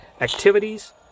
Activities